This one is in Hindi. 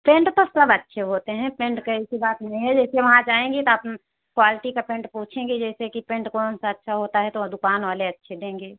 पेंट तो सब अच्छे होते है पेंट करे की बात नहीं होती है जेसे वहाँ जाएंगे तो आप ठीक है पेंट पोछेंगे जेसे कि पेंट कौन सा अच्छा होता है तो वो दुकान वाले अच्छे देंगे